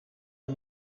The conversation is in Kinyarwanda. aho